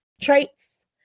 traits